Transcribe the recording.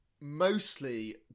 mostly